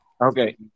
Okay